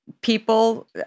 people